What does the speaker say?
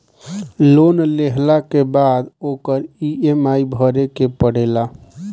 loan लेहला के बाद ओकर इ.एम.आई भरे के पड़ेला